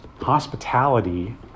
hospitality